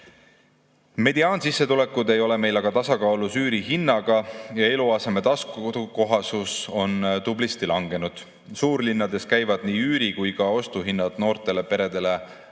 Mediaansissetulekud ei ole meil aga tasakaalus üürihinnaga ja eluaseme taskukohasus on tublisti langenud. Suurlinnades käivad nii üüri- kui ka ostuhinnad noortele peredele